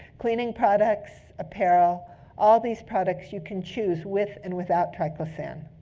cleaning products, apparel all these products you can choose with and without triclosan.